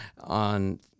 on